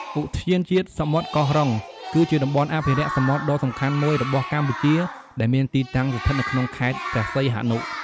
ឧទ្យានជាតិសមុទ្រកោះរុង គឺជាតំបន់អភិរក្សសមុទ្រដ៏សំខាន់មួយរបស់កម្ពុជាដែលមានទីតាំងស្ថិតនៅក្នុងខេត្តព្រះសីហនុ។